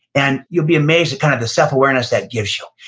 and you'll be amazed at kind of the self-awareness that gives you.